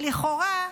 לכאורה,